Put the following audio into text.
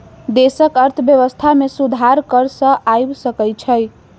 देशक अर्थव्यवस्था में सुधार कर सॅ आइब सकै छै